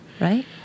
right